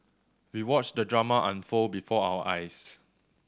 we watched the drama unfold before our eyes